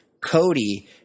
Cody